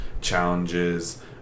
challenges